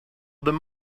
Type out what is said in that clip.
them